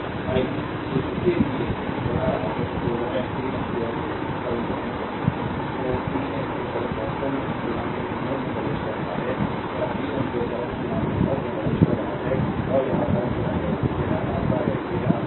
आई इसके लिए बना रहा हूं तो यह 3 एम्पीयर करंट है तो 3 एम्पीयर करंट वास्तव में इस नोड में प्रवेश कर रहा है यह 3 एम्पीयर करंट नोड में प्रवेश कर रहा है